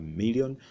million